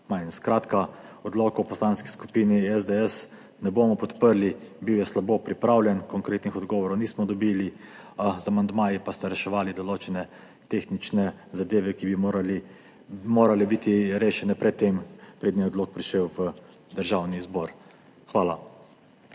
Skratka, odloka v Poslanski skupini SDS ne bomo podprli. Bil je slabo pripravljen, konkretnih odgovorov nismo dobili, z amandmaji pa ste reševali določene tehnične zadeve, ki bi morale biti rešene pred tem, preden je odlok prišel v Državni zbor. Hvala.